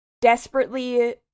desperately